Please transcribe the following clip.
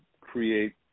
create